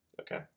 Okay